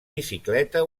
bicicleta